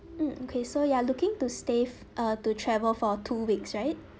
mm okay so you are looking to stay uh to travel for two weeks right